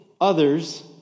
others